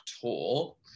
Talk